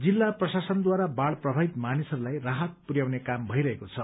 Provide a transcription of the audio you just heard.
जिल्ला प्रशासनद्वारा बाङ् प्रभावित मानिसहरूलाई राहत पुरयाउने काम भइरहेको छ